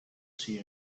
tea